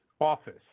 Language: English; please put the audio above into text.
office